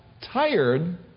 tired